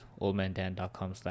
oldmandan.com